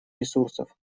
ресурсов